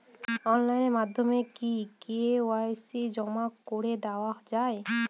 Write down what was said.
Online মাধ্যমে কি KYC জমা করে দেওয়া য়ায়?